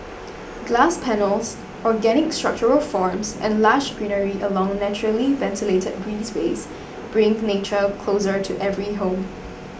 glass panels organic structural forms and lush greenery along naturally ventilated breezeways bring nature closer to every home